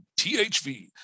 THV